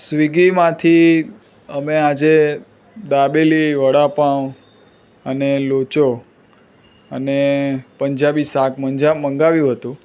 સ્વિગીમાંથી અમે આજે દાબેલી વડાપાઉં અને લોચો અને પંજાબી શાક મગાવ્યું હતું